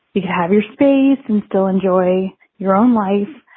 you have your space and still enjoy your own life.